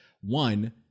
one